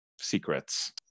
secrets